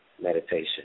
meditation